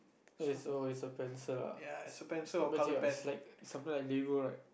K so is a pencil ah is is not pencil right is is something like Lego right